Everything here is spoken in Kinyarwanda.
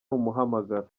umuhamagaro